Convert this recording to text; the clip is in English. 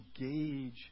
engage